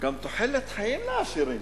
וגם תוחלת חיים לעשירים.